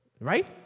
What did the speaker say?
Right